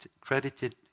credited